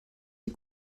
die